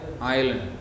Island